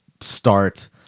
start